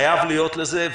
חייב להיות לזה.